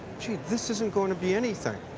gee, this isn't going to be anything.